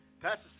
Pastor